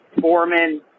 Foreman